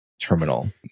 Terminal